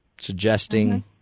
Suggesting